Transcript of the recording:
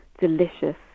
delicious